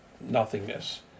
nothingness